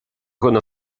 dhuine